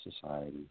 society